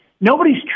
nobody's